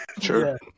Sure